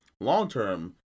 Long-term